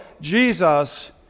Jesus